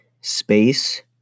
space